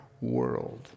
world